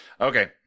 okay